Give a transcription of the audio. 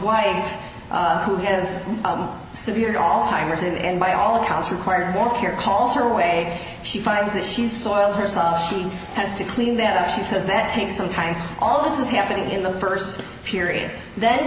wife who has severe all timers and by all accounts required more care call her way she finds that she's soiled herself she has to clean that up she says that takes some time all this is happening in the first period then